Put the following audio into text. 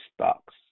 stocks